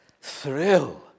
thrill